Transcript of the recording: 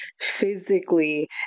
physically